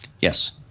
Yes